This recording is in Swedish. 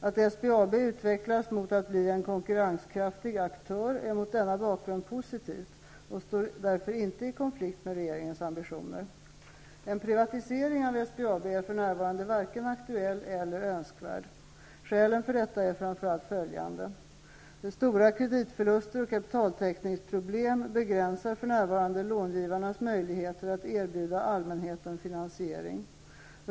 Att SBAB utvecklas mot att bli en konkurrenskraftig aktör är mot denna bakgrund positivt och står därför inte i konflikt med regeringens ambitioner. En privatisering av SBAB är för närvarande varken aktuell eller önskvärd. Skälen för detta är framför allt följande: Stora kreditförluster och kapitaltäckningsproblem begränsar för närvarande långivarnas möjligheter att erbjuda allmänheten finansiering.